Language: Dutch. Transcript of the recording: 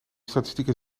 statistieken